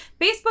Facebook